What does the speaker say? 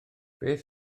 beth